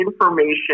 information